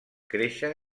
créixer